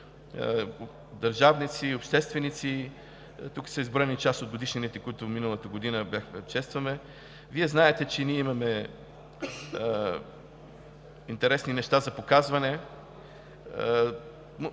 държавници, общественици. Тук са изброени част от годишнините, които миналата година чествахме. Вие знаете, че ние имаме интересни неща за показване